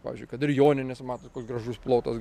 pavyzdžiui kad ir joninės matot koks gražus plotas